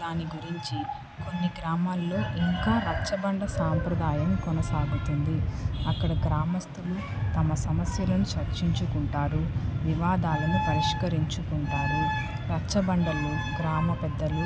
దాని గురించి కొన్ని గ్రామాల్లో ఇంకా రచ్చబండ సాంప్రదాయం కొనసాగుతుంది అక్కడ గ్రామస్థులు తమ సమస్యలను చర్చించుకుంటారు వివాదాలను పరిష్కరించుకుంటారు రచ్చబండలు గ్రామ పెద్దలు